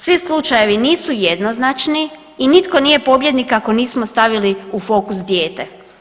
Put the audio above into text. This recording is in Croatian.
Svi slučajevi nisu jednoznačni i nitko nije pobjednik ako nismo stavili u fokus dijete.